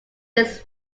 his